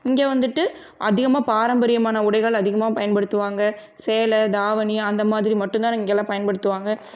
இங்கே வந்துட்டு அதிகமாக பாரம்பரியமான உடைகள் அதிகமாக பயன்படுத்துவாங்கள் சேலை தாவணி அந்தமாதிரி மட்டும்தான் இங்கெல்லாம் பயன்படுத்துவாங்கள்